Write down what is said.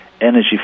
energy